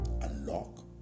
unlock